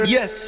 Yes